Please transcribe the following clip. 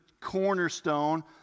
cornerstone